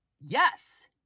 yes